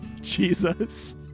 Jesus